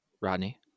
Rodney